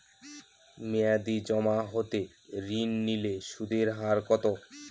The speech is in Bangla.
মেয়াদী জমা হতে ঋণ নিলে সুদের হার কত?